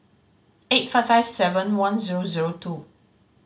eight five five seven one zero zero two